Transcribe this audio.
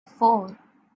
four